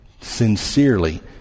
sincerely